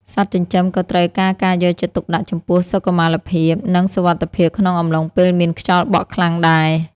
សត្វចិញ្ចឹមក៏ត្រូវការការយកចិត្តទុកដាក់ចំពោះសុខុមាលភាព និង សុវត្ថិភាពក្នុងអំឡុងពេលមានខ្យល់បក់ខ្លាំងដែរ។